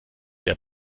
der